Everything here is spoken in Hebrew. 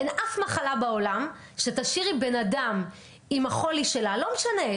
אין אף מחלה בעולם שתשאירי בן אדם עם החולי שלה לא משנה,